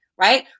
Right